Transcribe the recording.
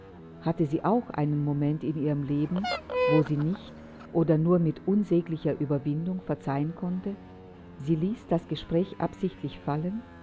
hatte sie auch einen moment in ihrem leben wo sie nicht oder nur mit unsäglicher ueberwindung verzeihen konnte sie ließ das gespräch absichtlich fallen